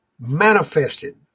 Manifested